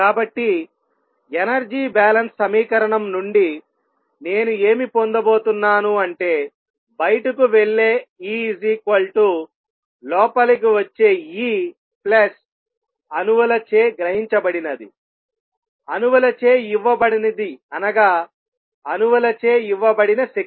కాబట్టి energy balance సమీకరణం నుండి నేను ఏమి పొందబోతున్నాను అంటే బయటకు వెళ్ళే E లోపలికి వచ్చే E అణువులచే గ్రహించబడినది అణువులచే ఇవ్వబడినది అనగా అణువులచే ఇవ్వబడిన శక్తి